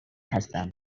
هستند